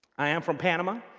i am from panama,